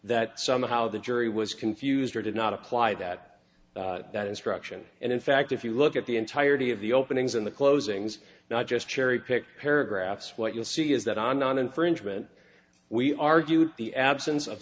that somehow the jury was confused or did not apply that that instruction and in fact if you look at the entirety of the openings in the closings not just cherry picked paragraphs what you'll see is that on infringement we argued the absence of